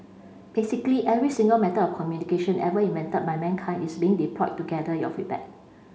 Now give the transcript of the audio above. basically every single method of communication ever invented by mankind is being deployed to gather your feedback